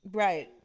right